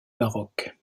maroc